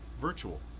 virtual